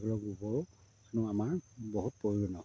ধৰক গোবৰো এনেও আমাৰ বহুত প্ৰয়োজনৰ